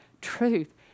truth